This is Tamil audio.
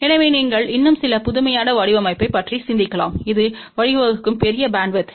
எனவே நீங்கள் இன்னும் சில புதுமையான வடிவமைப்பைப் பற்றி சிந்திக்கலாம் இது வழிவகுக்கும் பெரிய பேண்ட்வித்